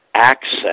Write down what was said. access